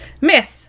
Myth